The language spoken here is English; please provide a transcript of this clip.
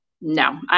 no